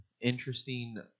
interesting